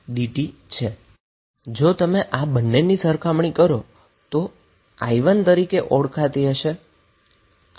હવે જો તમે આ બંનેની સરખામણી કરો તો આ i1 તરીકે ઓળખાશે